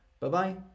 Bye-bye